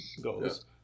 goes